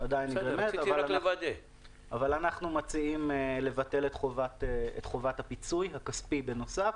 אבל אנחנו מציעים לבטל את חובת הפיצוי הכספי בנוסף.